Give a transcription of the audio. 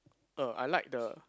er I like the